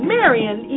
Marion